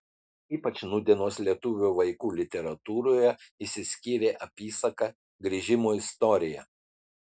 ypač nūdienos lietuvių vaikų literatūroje išsiskyrė apysaka grįžimo istorija